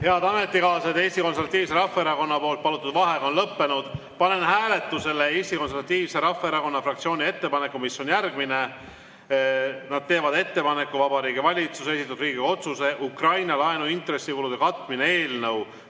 Head ametikaaslased, Eesti Konservatiivse Rahvaerakonna palutud vaheaeg on lõppenud. Panen hääletusele Eesti Konservatiivse Rahvaerakonna fraktsiooni ettepaneku, mis on järgmine. Nad teevad ettepaneku Vabariigi Valitsuse esitatud Riigikogu otsuse "Ukraina laenu intressikulude katmine" eelnõu